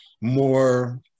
more –